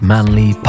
Manly